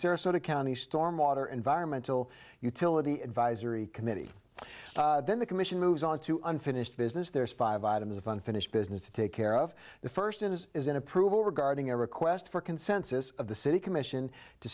sarasota county stormwater environmental utility advisory committee then the commission moves on to unfinished business there is five items of unfinished business to take care of the first is is an approval regarding a request for consensus of the city commission to